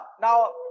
Now